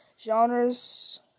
genres